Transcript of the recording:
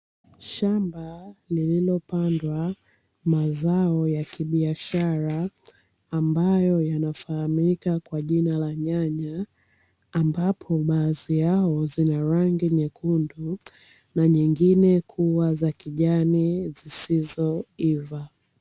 Shamba lililopandwa mazao ya kibiashara ambayo yanafahamika kwa jina la nyanya, ambapo baadhi yao zina rangi nyekundu na nyingine kuwa za kijani zisizoiva.